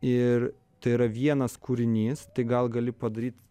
ir tai yra vienas kūrinys tai gal gali padaryt